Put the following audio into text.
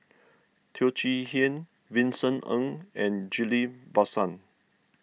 Teo Chee Hean Vincent Ng and Ghillie Basan